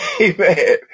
amen